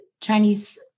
Chinese